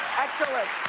excellent.